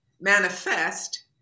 manifest